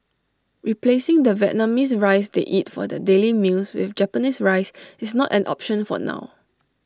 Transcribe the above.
replacing the Vietnamese rice they eat for their daily meals with Japanese rice is not an option for now